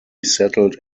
settled